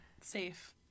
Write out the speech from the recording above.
Safe